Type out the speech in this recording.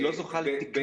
הן לא זוכות לתיקנון.